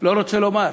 לא רוצה לומר,